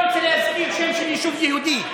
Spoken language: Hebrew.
אני לא רוצה להזכיר שם של יישוב יהודי,